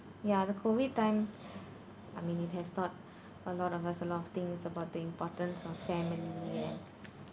ya the COVID time I mean it has taught a lot of us a lot of things about the importance of family and